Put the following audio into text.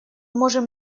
можем